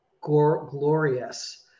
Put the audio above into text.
glorious